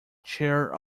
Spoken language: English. chair